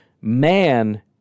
man